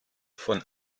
von